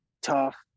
tough